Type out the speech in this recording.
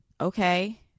okay